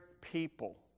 people